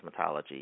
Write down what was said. cosmetology